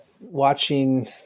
watching